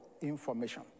information